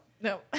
No